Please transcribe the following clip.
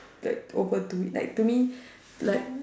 like overdo it like to me like